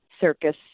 circus